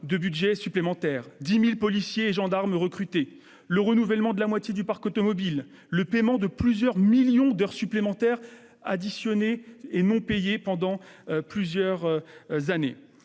de budget supplémentaires, 10 000 policiers et gendarmes recrutés, le renouvellement de la moitié du parc automobile, le paiement de plusieurs millions d'heures supplémentaires cumulées non rétribuées durant plusieurs années.